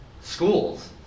schools